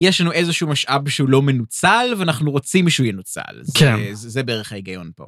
יש לנו איזשהו משאב שהוא לא מנוצל ואנחנו רוצים שהוא ינוצל, זה בערך ההיגיון פה.